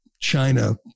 China